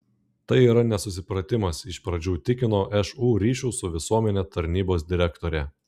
tai yra nesusipratimas iš pradžių tikino šu ryšių su visuomene tarnybos direktorė